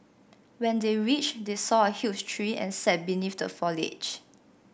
when they reached they saw a huge tree and sat beneath the foliage